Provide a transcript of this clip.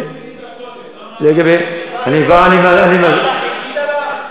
למה לא, קודם, למה חיכית לה?